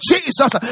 Jesus